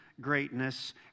Greatness